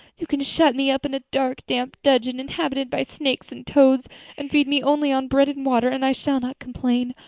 you can shut me up in a dark, damp dungeon inhabited by snakes and toads and feed me only on bread and water and i shall not complain.